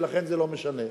ולכן זה לא משנה.